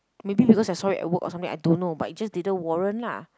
maybe because I saw it at work or something I don't know but it just didn't warrant lah